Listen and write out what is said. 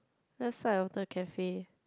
left side of the cafe